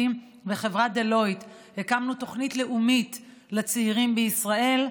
וחברת Deloitte הקמנו תוכנית לאומית לצעירים בישראל,